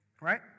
Right